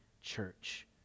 church